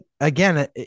again